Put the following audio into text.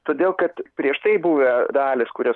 todėl kad prieš tai buvę dalys kurias